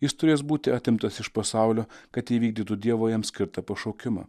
jis turės būti atimtas iš pasaulio kad įvykdytų dievo jam skirtą pašaukimą